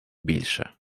більше